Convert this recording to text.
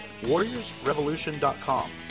WarriorsRevolution.com